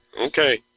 okay